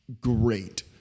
great